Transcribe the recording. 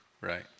Right